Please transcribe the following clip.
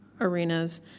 arenas